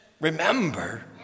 remember